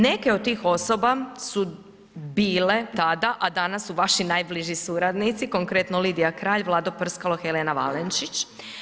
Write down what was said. Neke od tih osoba su bile tada, a danas su vaši najbliži suradnici, konkretno Lidija Kralj, Vlado Prskalo, Helena Valenčić.